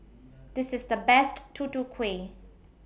This IS The Best Tutu Kueh